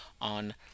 on